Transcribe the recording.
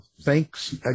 thanks